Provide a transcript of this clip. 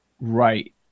right